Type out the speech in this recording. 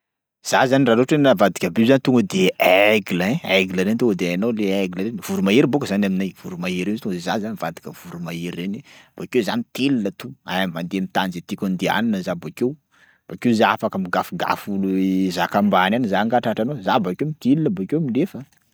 Za zany raha ohatra hoe navadika biby za tonga de aigle ein, aigle reny tonga de hainao le aigle reny voromahery bôka zany aminay voromahery io izy tona de za zany mivadika voromahery reny bôkeo za mitily lato, ay mandeha am'tany zay tiako andianana za bakeo, bakeo za afaka migafigafy olo zaka ambany any za nga tratranao za bakeo mitily bakeo milefa.